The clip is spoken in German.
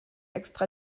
extra